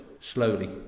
slowly